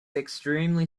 extremely